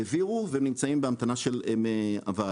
העבירו והם נמצאים בהמתנה של הוועדה,